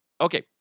Okay